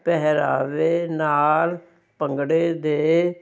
ਪਹਿਰਾਵੇ ਨਾਲ ਭੰਗੜੇ ਦੇ